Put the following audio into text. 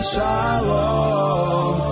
Shalom